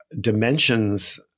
dimensions